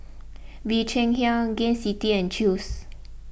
Bee Cheng Hiang Gain City and Chew's